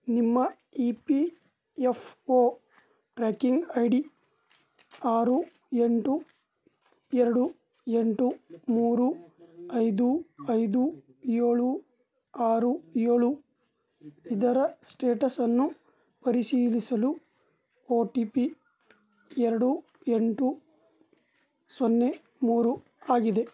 ನಿಮ್ಮ E P F O tracking I D ಆರು ಎಂಟು ಎರಡು ಎಂಟು ಮೂರು ಐದು ಐದು ಏಳು ಆರು ಏಳು ಇದರ ಸ್ಟೇಟಸನ್ನು ಪರಿಶೀಲಿಸಲು ಓ ಟಿ ಪಿ ಎರಡು ಎಂಟು ಸೊನ್ನೆ ಮೂರು ಆಗಿದೆ